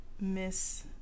Miss